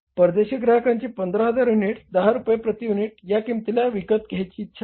परदेशी ग्राहकांची 15000 युनिट्स 10 रुपये प्रति युनिट या किंमतीला विकत घ्यायची इच्छा आहे